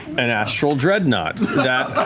an astral dreadnought that